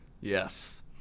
Yes